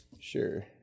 Sure